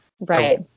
Right